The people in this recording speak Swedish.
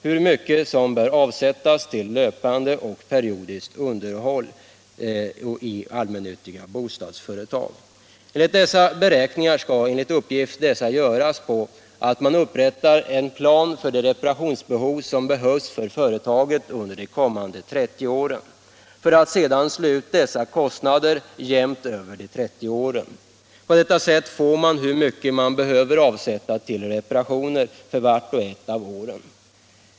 hur mycket som skall avsättas för löpande och periodiskt underhåll i allmännyttiga bostadsföretag. Dessa beräkningar skall enligt uppgift göras så att man upprättar en plan för det reparationsbehov som företaget har under de kommande 30 åren. Dessa kostnader slås sedan ut jämnt över de 30 åren. På detta sätt får man fram hur mycket som behöver avsättas till reparationer för vart och ett av dessa år.